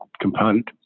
component